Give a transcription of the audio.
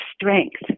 strength